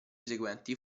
seguenti